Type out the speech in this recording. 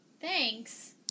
Thanks